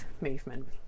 movement